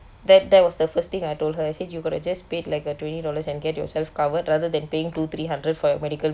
that that was the first thing I told her I said you could've just paid like a twenty dollars and get yourself covered rather than paying two three hundred for your medical